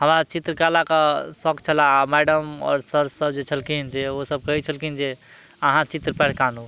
हमरा चित्रकलाके शौक छलए आ मैडम आओर सर सब जे छलखिन जे ओ सब कहै छलखिन जे अहाँ चित्र पढ़ि कऽ